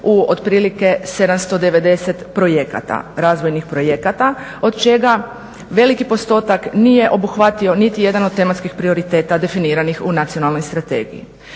u otprilike 790 projekata, razvojnih projekata od čega veliki postotak nije obuhvatio niti jedan od tematskih prioriteta definiranih u Nacionalnoj strategiji.